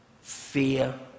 fear